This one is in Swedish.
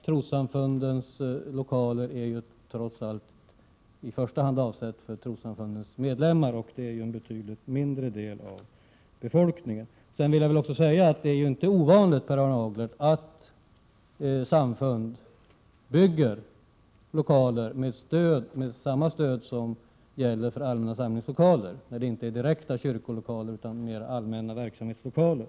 Trossamfundens lokaler är i första hand avsedda för trossamfundens medlemmar, och det är ett betydligt mindre antal personer. Jag vill också säga till Per Arne Aglert att det inte är ovanligt att samfund bygger lokaler med samma stöd som gäller för allmänna samlingslokaler, nämligen när det inte är fråga om rena kyrkolokaler utan om mera allmänna verksamhetslokaler.